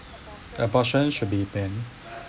the abortion should be banned